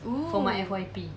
oo